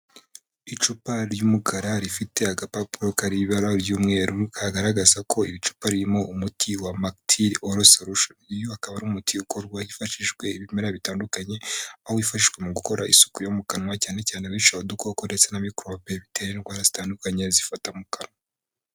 Icupa ry'umukara rifite agapapuro karibara ry'umweru kagaragaza ko icupa ririmo umuti wa matiri oro sorushoni, uyu akaba ari umuti ukorwa hifashishwa ibimera bitandukanye aho wifashishwa mu gukora isuku yo mu kanwa cyane cyane wica udukoko ndetse na mikorobe bitera indwara zitandukanye zifata mu kanwa.